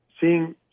seeing